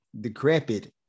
decrepit